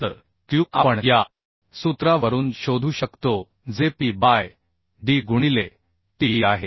तर Q आपण या सूत्रावरून शोधू शकतो जे पी बाय डी गुणिले टी ई आहे